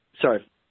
sorry